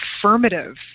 affirmative